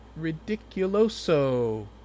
Ridiculoso